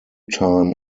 time